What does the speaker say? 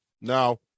Now